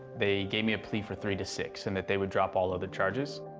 they gave me a plea for three to six and that they would drop all other charges.